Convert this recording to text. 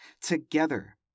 Together